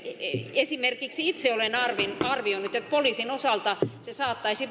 esimerkiksi itse olen arvioinut arvioinut että poliisin osalta se saattaisi